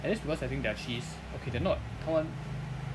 at least because I think their cheese okay their not 他们